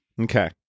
okay